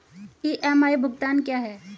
EMI भुगतान क्या है?